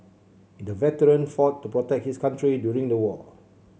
the veteran fought to protect his country during the war